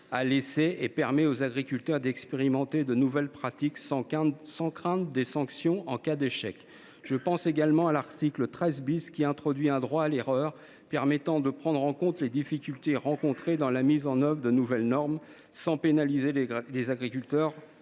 à l’essai et permet aux agriculteurs d’expérimenter de nouvelles pratiques sans crainte des sanctions en cas d’échec. Je pense également à l’article 13 , qui introduit un droit à l’erreur permettant de prendre en compte les difficultés rencontrées dans la mise en œuvre de nouvelles normes sans pénaliser les agriculteurs